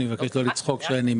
אני רוצה להתנגד, בבקשה.